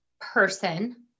person